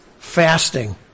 Fasting